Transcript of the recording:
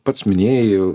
pats minėjai